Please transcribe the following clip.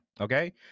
okay